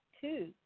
two